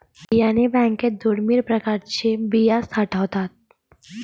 बियाणे बँकेत दुर्मिळ प्रकारच्या बिया साठवतात